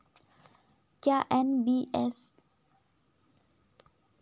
क्या NBFC bank से अलग है?